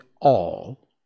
all